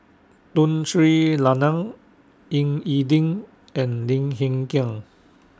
Tun Sri Lanang Ying E Ding and Lim Hng Kiang